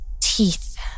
teeth